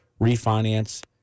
refinance